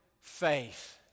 faith